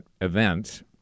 events